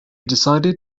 decided